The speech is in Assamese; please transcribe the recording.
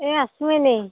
এ আছোঁ এনে